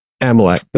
Amalek